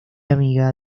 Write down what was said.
amiga